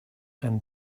and